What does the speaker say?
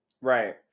Right